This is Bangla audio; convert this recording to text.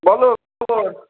বলো